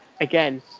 again